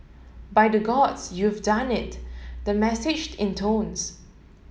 by the Gods you've done it the message intones